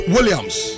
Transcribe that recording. Williams